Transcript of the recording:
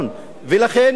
זה לא מספיק להקשיב,